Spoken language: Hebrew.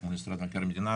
מול משרד מבקר המדינה,